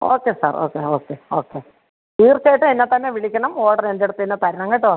okay sir okay okay okay തീർച്ചയായിട്ടും എന്നെ തന്നെ വിളിക്കണം ഓർഡർ എൻറെ അടുത്ത് തന്നെ തരണം കേട്ടോ